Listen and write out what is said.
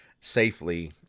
safely